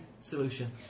solution